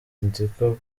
nziko